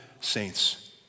saints